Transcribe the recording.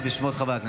לשבת.